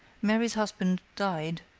mary's husband died,